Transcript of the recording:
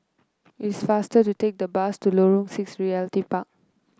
it is faster to take the bus to Lorong Six Realty Park